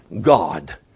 God